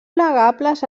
plegables